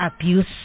abuse